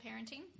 parenting